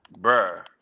Bruh